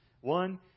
One